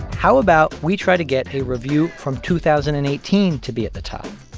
how about we try to get a review from two thousand and eighteen to be at the top?